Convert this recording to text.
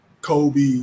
Kobe